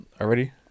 already